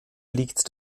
liegt